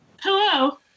Hello